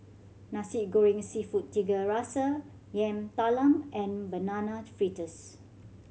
Nasi Goreng Seafood Tiga Rasa Yam Talam and Banana Fritters